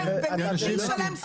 ומי ישלם שכירויות?